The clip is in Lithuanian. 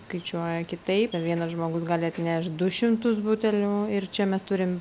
skaičiuoja kitaip vienas žmogus gali atnešt du šimtus butelių ir čia mes turim